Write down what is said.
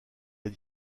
les